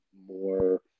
more